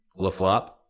LaFlop